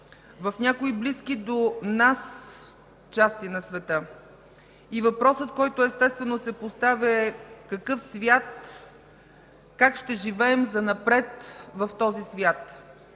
в някои близки до нас части на света. Въпросът, който естествено се поставя, е как ще живеем занапред в този свят.